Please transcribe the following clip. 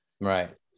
Right